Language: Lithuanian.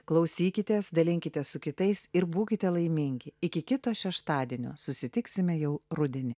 klausykitės dalinkitės su kitais ir būkite laimingi iki kito šeštadienio susitiksime jau rudenį